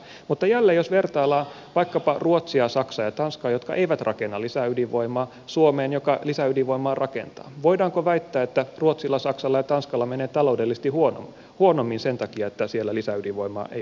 mutta jälleen jos vertaillaan vaikkapa ruotsia saksaa ja tanskaa jotka eivät rakenna lisää ydinvoimaa suomeen joka lisäydinvoimaa rakentaa voidaanko väittää että ruotsilla saksalla ja tanskalla menee taloudellisesti huonommin sen takia että siellä lisäydinvoimaa ei ole rakennettu